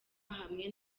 hamwe